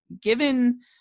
given